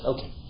Okay